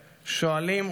שואלים,